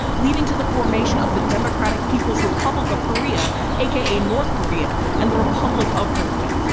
leading to the formation of the democratic people's republic of korea aka north korea and the republic of korea,